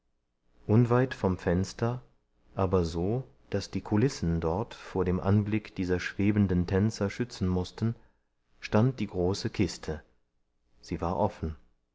unweit vom fenster aber so daß die kulissen dort vor dem anblick dieser schwebenden tänzer schützen mußten stand die große kiste sie war offen